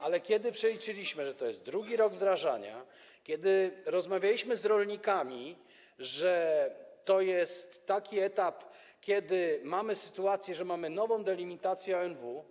Ale kiedy przeliczyliśmy, że to jest drugi rok wdrażania, kiedy rozmawialiśmy z rolnikami, że to jest taki etap, kiedy mamy sytuację, że mamy nową delimitację ONW.